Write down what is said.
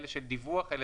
דיווח על